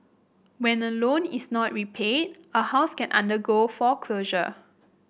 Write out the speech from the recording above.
when a loan is not repaid a house can undergo foreclosure